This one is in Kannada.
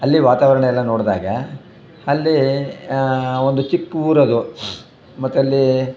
ಅಲ್ಲಿ ವಾತಾವರಣ ಎಲ್ಲ ನೋಡಿದಾಗ ಅಲ್ಲಿ ಒಂದು ಚಿಕ್ಕ ಊರದು ಮತ್ತೆ ಅಲ್ಲಿ